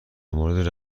مورد